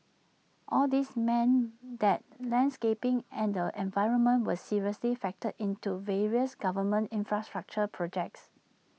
all these meant that landscaping and the environment were seriously factored into various government infrastructural projects